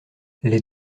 les